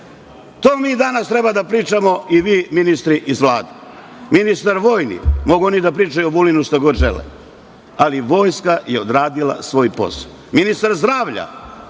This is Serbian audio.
tome mi danas treba da pričamo i vi ministri iz Vlade. Ministar vojni, mogu oni da pričaju o Vulinu šta god žele, ali Vojska je odradila svoj posao. Ministar zdravlja